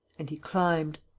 and he climbed.